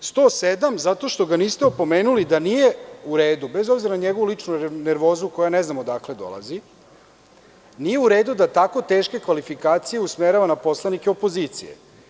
Član 107, zato što ga niste opomenuli da nije u redu, bez obzira na njegovu ličnu nervozu, koja ne znam odakle dolazi, nije u redu da tako teške kvalifikacije usmerava na poslanike opozicije.